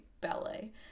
ballet